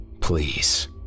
Please